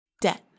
debt